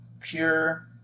pure